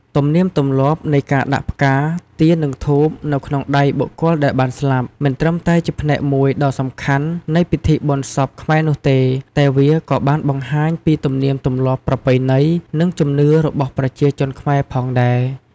ទំនៀមទម្លាប់នៃការដាក់ផ្កា ទៀន និងធូបនៅក្នុងដៃបុគ្គលដែលបានស្លាប់ មិនត្រឹមតែជាផ្នែកមួយដ៏សំខាន់នៃពិធីបុណ្យសពខ្មែរនោះទេ តែវាក៏បានបង្ហាញពីទំនៀមទម្លាប់ប្រពៃណី និងជំនឿរបស់ប្រជាជនខ្មែរផងដែរ ។